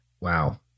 Wow